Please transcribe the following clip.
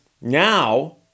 now